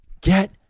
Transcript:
get